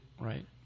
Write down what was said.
Right